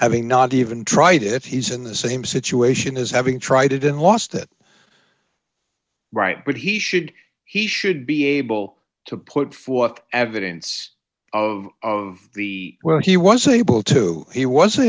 having not even tried if he's in the same situation as having tried it in lost that right but he should he should be able to put forth evidence of of the well he was able to he was